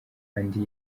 andi